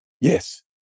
Yes